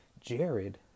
Jared